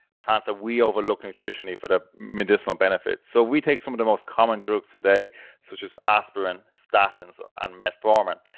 plants that we overlook nutritionally for their medicinal benefits. so we take some of the most common drugs today such as aspirin, statins, and metformin.